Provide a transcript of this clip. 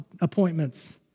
appointments